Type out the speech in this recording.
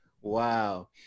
Wow